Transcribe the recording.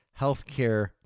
healthcare